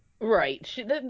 Right